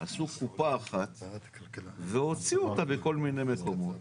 עשו קופה אחת והוציאו אותה בכל מיני מקומות.